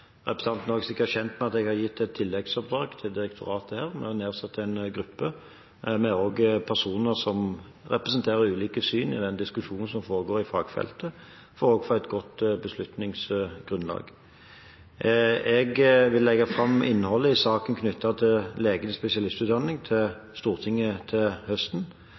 Representanten er sikkert også kjent med at jeg har gitt et tilleggsoppdrag til direktoratet her: Vi har nedsatt en gruppe med personer som også representerer ulike syn i den diskusjonen som foregår på fagfeltet, for også å få et godt beslutningsgrunnlag. Jeg vil legge fram innholdet i saken knyttet til legenes spesialistutdanning til Stortinget til høsten.